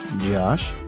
josh